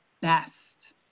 best